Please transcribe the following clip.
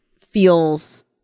feels